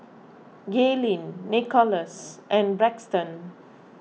Gaylene Nikolas and Braxton